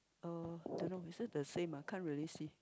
uh don't know is this the same ah can't really see